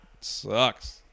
sucks